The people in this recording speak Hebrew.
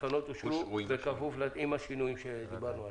התקנות אושרו עם השינויים שדיברנו עליהם.